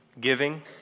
Giving